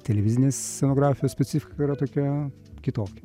televizinės scenografijos specifika yra tokia kitokia